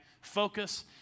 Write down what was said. Focus